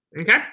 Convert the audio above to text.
okay